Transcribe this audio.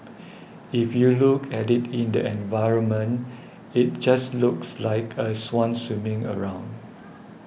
if you look at it in the environment it just looks like a swan swimming around